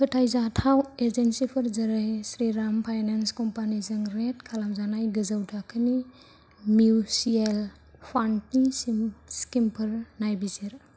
फोथायजाथाव एजेन्सिफोर जेरै श्रीराम फाइनान्स कम्पानिजों रेट खालामजानाय गोजौ थाखोनि मिउसुएल फान्डनि स्किमफोर नायबिजिर